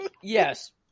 Yes